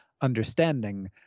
understanding